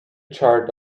chart